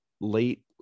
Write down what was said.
late